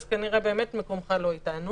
כנראה באמת מקומך לא אתנו